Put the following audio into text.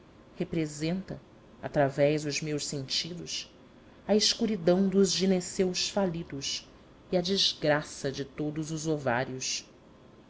representa através os meus sentidos a escuridão dos gineceus falidos e a desgraça de todos os ovários